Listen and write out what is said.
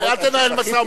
אל תנהל משא-ומתן מהבמה.